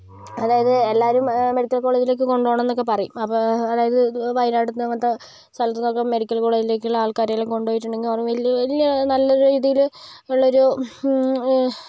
അതായത് എല്ലാവരും മെഡിക്കൽ കോളേജിലേക്ക് കൊണ്ട് പോകണം എന്ന് ഒക്കെ പറയും അപ്പോൾ അതായത് വയനാട് അങ്ങനത്തെ സൗജന്യ മെഡിക്കൽ കോളേജിലേക്ക് ഉള്ള ആൾക്കാര് എല്ലാം കൊണ്ട് പോയിട്ട് ഉണ്ടെങ്കിൽ വലിയ നല്ല രീതിയില് ഉള്ള ഒരു